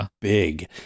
big